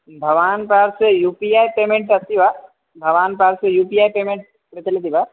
भवतः पार्श्वे U P I payment अस्ति वा भवतः पार्श्वे यु पि ऐ पेमेण्ट् प्रचलति वा